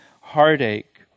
heartache